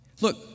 Look